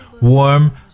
warm